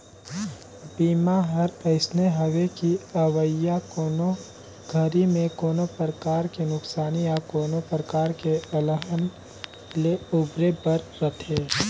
बीमा हर अइसने हवे कि अवइया कोनो घरी मे कोनो परकार के नुकसानी या कोनो परकार के अलहन ले उबरे बर रथे